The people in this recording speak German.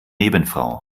nebenfrau